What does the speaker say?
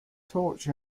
torch